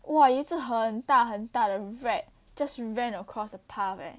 !wah! 有一只很大很大的 rat just ran across the path eh